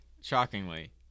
shockingly